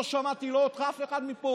לא שמעתי אותך, אף אחד מפה.